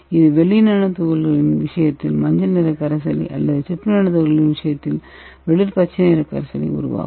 இது வெள்ளி நானோ துகள்களின் விஷயத்தில் மஞ்சள் நிற கரைசலை அல்லது செப்பு நானோ துகள்களின் விஷயத்தில் வெளிர் பச்சை நிற கரைசலை உருவாக்கும்